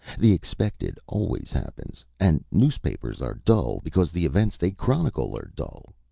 the expected always happens, and newspapers are dull because the events they chronicle are dull.